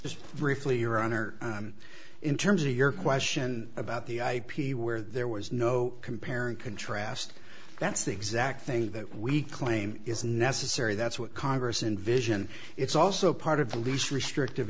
just briefly your honor in terms of your question about the ip where there was no compare and contrast that's the exact thing that we claim is necessary that's what congress invision it's also part of the least restrictive